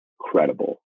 credible